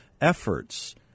efforts